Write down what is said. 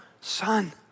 son